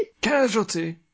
Casualty